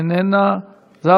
אינה נוכחת,